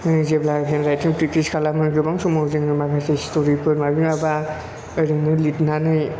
जेब्ला hand writing practice खालामो गोबां समाव जोङो माखासे स्ट'रिफोर माबि माबा ओरैनो लिरनानै